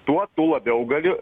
tuo tu labiau galiu